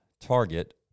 target